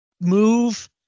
move